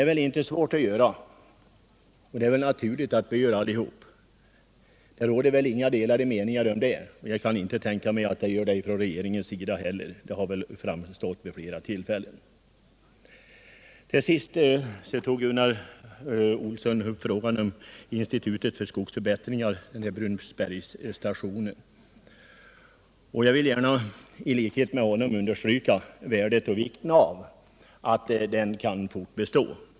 Det är väl naturligt att vi gör det — det råder inga delade meningar i den frågan. ' Gunnar Olsson tog upp frågan om institutet för skogsförbättringar. Jag vill — gärna i likhet med honom understryka värdet och vikten av att detta institut kan bestå.